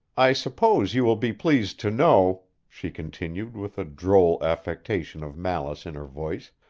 i suppose you will be pleased to know, she continued with a droll affectation of malice in her voice,